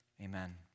Amen